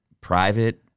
private